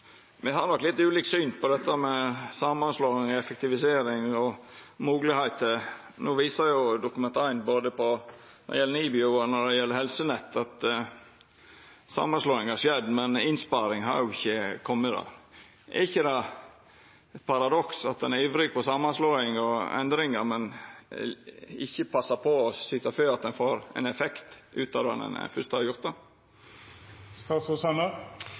Me har nok litt ulikt syn på dette med samanslåing, effektivisering og moglegheiter. No viser jo Dokument 1 for 2020–2021, når det gjeld både NIBIO og Helsenett, at samanslåing har skjedd, men innsparing har ikkje kome. Er det ikkje eit paradoks at ein er ivrig på samanslåing og endringar, men ikkje passar på å syta for at ein får ein effekt ut av det når ein fyrst har gjort